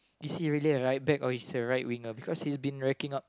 is really a right back or a right winger because he's been racking up